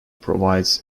provides